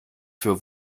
für